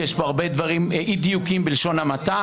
כי יש פה הרבה אי-דיוקים בלשון המעטה.